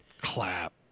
clap